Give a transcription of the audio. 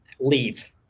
leave